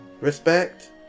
respect